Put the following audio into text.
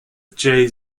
jay